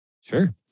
Sure